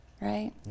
right